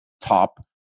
top